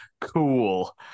cool